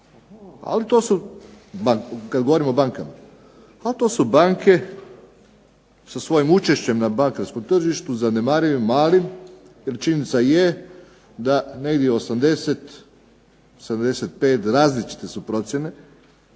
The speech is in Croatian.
točaka, kad govorim o bankama, ali to su banke sa svojim učešćem na bankarskom tržištu zanemarive malih, jer činjenica je da negdje 80, 75, različite su procjene,